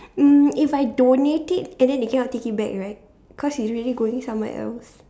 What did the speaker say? mm if I donate it and then they cannot take it back right cause it's really going somewhere else